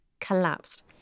collapsed